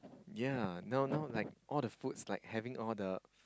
yea now now like all the foods like having all the